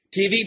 TV